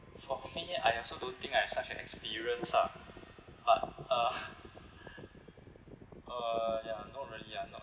for me I also don't think I have such an experience ah but uh uh ya not really ya not